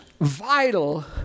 vital